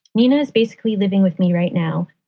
nina is basically living with me right now.